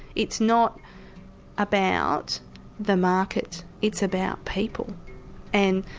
it's not about the market, it's about people and